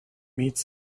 meets